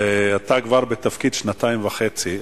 ואתה בתפקיד כבר שנתיים וחצי.